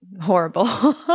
horrible